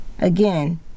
again